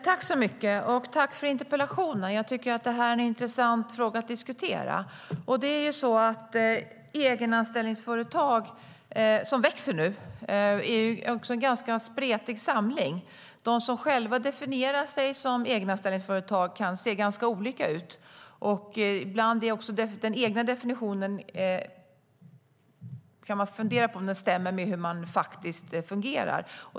Herr talman! Tack för interpellationen, Hans Rothenberg! Jag tycker att det är en intressant fråga att diskutera. Det är ju så att egenanställningsföretag, som nu växer, är en ganska spretig samling. De som själva definierar sig som egenanställningsföretag kan se ganska olika ut, och ibland kan man fundera på om deras egen definition stämmer med hur de faktiskt fungerar.